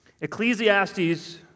Ecclesiastes